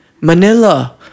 Manila